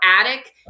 attic